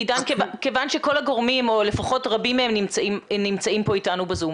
כיוון שכל הגורמים או לפחות רבים מהם נמצאים פה איתנו בזום,